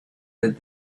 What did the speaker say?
that